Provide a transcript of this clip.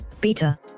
beta